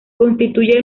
constituye